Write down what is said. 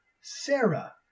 Sarah